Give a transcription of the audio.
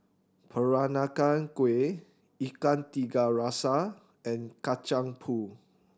Peranakan Kueh Ikan Tiga Rasa and Kacang Pool